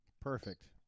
Perfect